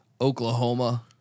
Oklahoma